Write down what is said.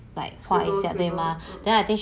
scribble scribble mm